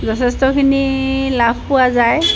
যথেষ্টখিনি লাভ পোৱা যায়